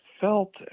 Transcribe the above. felt